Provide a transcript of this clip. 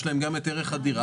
ויש להם גם את ערך הדירה.